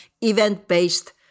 event-based